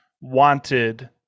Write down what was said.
wanted